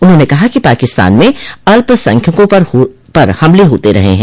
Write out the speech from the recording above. उन्होंने कहा कि पाकिस्तान में अल्पसंख्यकों पर हमले होते रहे हैं